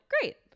great